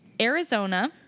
Arizona